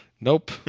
nope